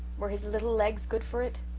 were his little legs good for it?